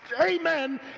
amen